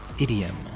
idiom